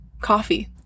coffee